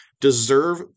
deserve